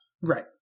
Right